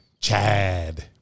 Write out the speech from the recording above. Chad